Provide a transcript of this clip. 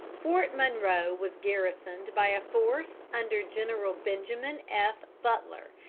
fort monroe was garrisoned by a force under general benjamin f. butler,